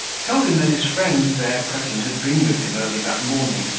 told him that his friend there present had been with him early that morning,